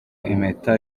impeta